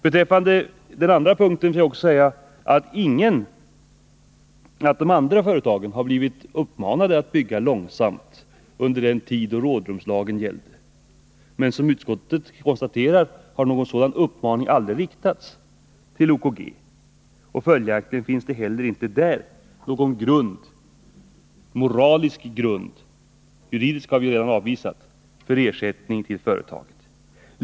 Till skillnad från de andra företagen riktades aldrig någon uppmaning till OKG att bygga vidare i långsamt tempo under den tid rådrumslagen gällde. Följaktligen finns det inte heller av den anledningen någon moralisk grund — den juridiska har vi redan avvisat — för ersättning till företaget.